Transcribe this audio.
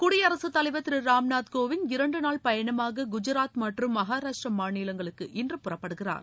குடியரசுத் தலைவர் திரு ராம்நாத் கோவிந்த் இரண்டு நாள் பயணமாக குஜராத் மற்றும் மகாராஷ்டிர மாநிலங்களுக்கு இன்று புறப்படுகிறார்